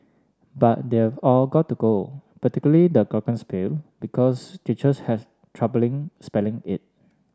but they've all got to go particularly the glockenspiel because teachers has troubling spelling it